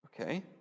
Okay